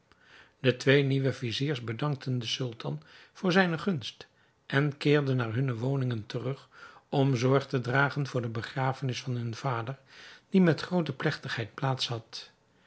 de twee nieuwe viziers bedankten den sultan voor zijne gunst en keerden naar hunne woning terug om zorg te dragen voor de begrafenis van hun vader die met groote plegtigheid plaats had